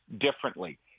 differently